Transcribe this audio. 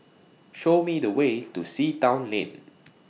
Show Me The Way to Sea Town Lane